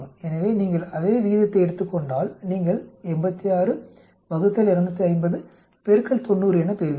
எனவே நீங்கள் அதே விகிதத்தை எடுத்துக் கொண்டால் நீங்கள் 86 ÷ 250 90 என பெறுவீர்கள்